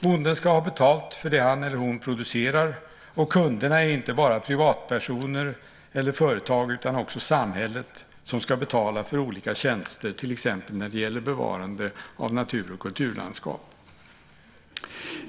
Bonden ska ha betalt för det som han eller hon producerar, och kunderna är inte bara privatpersoner eller företag, utan det är också samhället som ska betala för olika tjänster, till exempel när det gäller bevarande av natur och kulturlandskap.